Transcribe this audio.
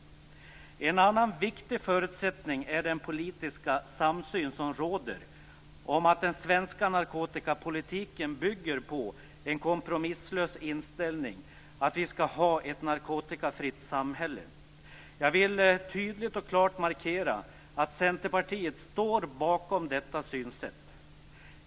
En annan viktig förutsättning är den politiska samsyn som råder om att den svenska narkotikapolitiken bygger på en kompromisslös inställning, att vi skall ha ett narkotikafritt samhälle. Jag vill tydligt och klart markera att Centerpartiet står bakom detta synsätt.